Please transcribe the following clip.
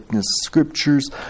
scriptures